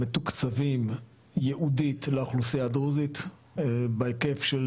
מתוקצבים ייעודית לאוכלוסייה הדרוזית בהיקף של